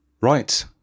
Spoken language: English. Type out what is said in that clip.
Right